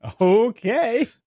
Okay